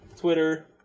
Twitter